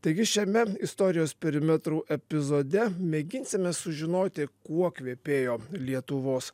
taigi šiame istorijos perimetrų epizode mėginsime sužinoti kuo kvepėjo lietuvos